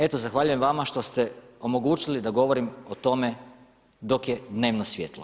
Eto, zahvaljujem vama što ste omogućili da govorim o tome, dok je dnevno svijetlo.